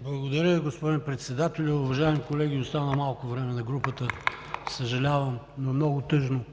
Благодаря, господин Председател. Уважаеми колеги, остана малко време на групата. Съжалявам, но е много тъжно,